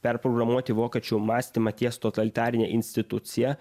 perprogramuoti vokiečių mąstymą ties totalitarine institucija